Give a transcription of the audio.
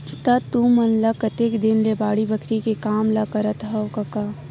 त तुमन ह कतेक दिन ले बाड़ी बखरी के काम ल करत हँव कका?